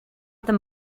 them